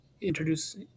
introduce